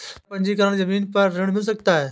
क्या पंजीकरण ज़मीन पर ऋण मिल सकता है?